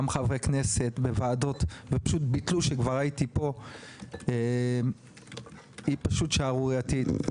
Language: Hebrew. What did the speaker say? גם חברי כנסת בוועדות וביטלו כשכבר הייתי פה היא פשוט שערורייתית.